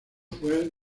fue